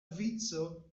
vico